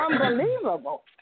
unbelievable